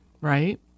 Right